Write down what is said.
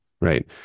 right